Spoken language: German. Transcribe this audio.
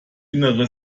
innere